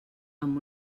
amb